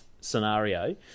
scenario